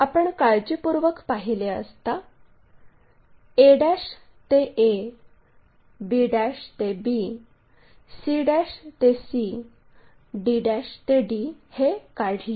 आपण काळजीपूर्वक पाहिले असता a ते a b ते b c ते c d ते d हे काढले